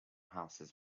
houses